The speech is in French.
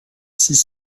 six